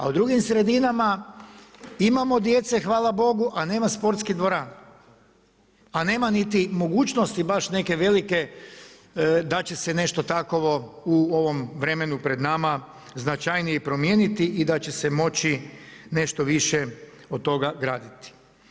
A u drugim sredinama imamo djece hvala Bogu, a nema sportskih dvorana, a nema niti mogućnosti baš neke velike da će se nešto takovo u ovom vremenu pred nama značajnije promijeniti i da će se moći nešto više od toga graditi.